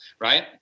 right